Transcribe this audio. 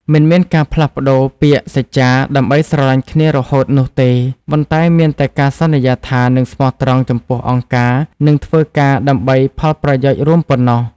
មិនមានការផ្លាស់ប្តូរពាក្យសច្ចាដើម្បីស្រឡាញ់គ្នារហូតនោះទេ ប៉ុន្តែមានតែការសន្យាថានឹងស្មោះត្រង់ចំពោះអង្គការនិងធ្វើការដើម្បីផលប្រយោជន៍រួមប៉ុណ្ណោះ។